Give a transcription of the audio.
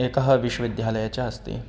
एकः विश्वविद्यालयः च अस्ति